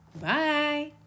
Bye